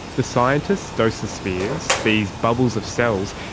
the scientists dose the spheres, these bubbles of cells,